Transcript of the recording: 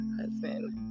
husband